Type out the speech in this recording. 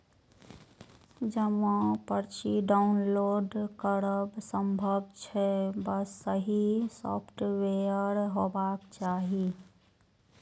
जमा पर्ची डॉउनलोड करब संभव छै, बस सही सॉफ्टवेयर हेबाक चाही